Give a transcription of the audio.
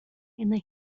ina